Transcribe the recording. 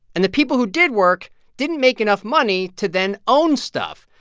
and the people who did work didn't make enough money to then own stuff.